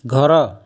ଘର